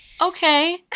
okay